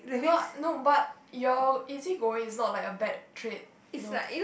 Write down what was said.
no no but your easygoing is not like a bad trait you know